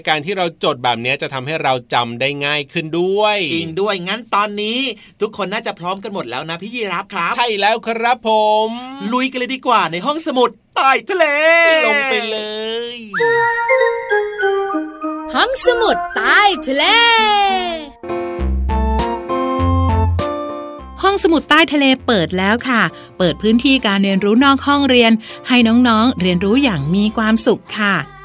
การที่เราจดแบบนี้จะทำให้เราจำได้ง่ายขึ้นด้วยจริงด้วย งั้นตอนนี้ทุกคนน่าจะพร้อมกันหมดแล้วนะพี่ยีรับครับใช่แล้วครับผมลุยกันเลยดีกว่าในห้องสมุดใต้ทะเลลงไปเลยห้องสมุดใต้ทะเลห้องสมุดใต้ทะเลเปิดแล้วค่ะ เปิดพื้นที่การเรียนรู้นอกห้องเรียนให้น้องๆ เรียนรู้อย่างมีความสุขค่ะ